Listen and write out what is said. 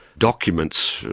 documents,